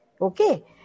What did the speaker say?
Okay